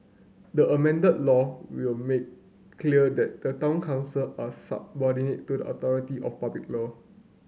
the amended law will make clear that the town council are subordinate to the authority of public law